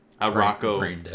Rocco